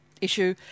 issue